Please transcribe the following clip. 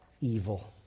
evil